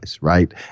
Right